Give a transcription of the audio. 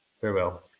farewell